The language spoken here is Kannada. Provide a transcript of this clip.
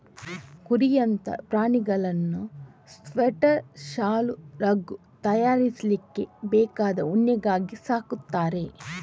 ಕುರಿಯಂತಹ ಪ್ರಾಣಿಗಳನ್ನ ಸ್ವೆಟರ್, ಶಾಲು, ರಗ್ ತಯಾರಿಸ್ಲಿಕ್ಕೆ ಬೇಕಾದ ಉಣ್ಣೆಗಾಗಿ ಸಾಕ್ತಾರೆ